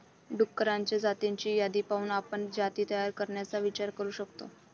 डुक्करांच्या जातींची यादी पाहून आपण जाती तयार करण्याचा विचार करू शकतो